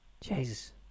Jesus